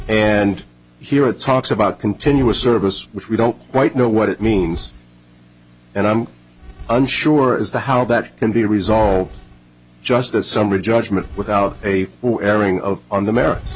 and here are talks about continuous service which we don't quite know what it means and i'm unsure as to how that can be resolved just a summary judgment without a airing of on the merits